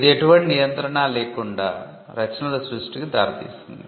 ఇది ఎటువంటి నియంత్రణ లేకుండా రచనల సృష్టికి దారితీసిoది